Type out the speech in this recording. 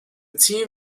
team